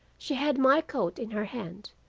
she had my coat in her hand,